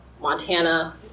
Montana